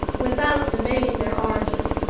without debating their origin.